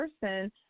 person